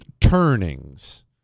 turnings